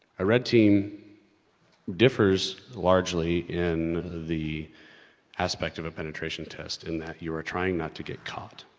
a red team differs largely in the aspect of a penetration test in that you're trying not to get caught.